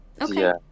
Okay